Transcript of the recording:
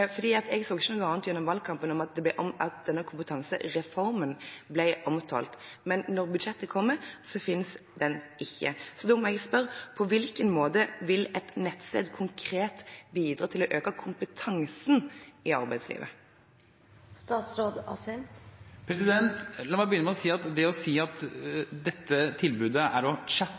Jeg så ikke noe annet gjennom valgkampen enn at denne kompetansereformen ble omtalt. Men når budsjettet kommer, så finnes den ikke. Da må jeg spørre: På hvilken måte vil et nettsted konkret bidra til å øke kompetansen i arbeidslivet? La meg begynne med at det å si at dette tilbudet er å